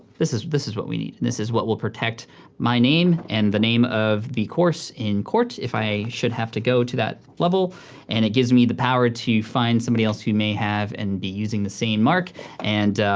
this is this is what we need. this is what will protect my name and the name of the course in court if i should have to go to that level and it gives me the power to find somebody else who may have and be using the same mark and